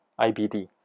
IBD